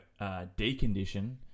decondition